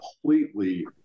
completely